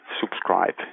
subscribe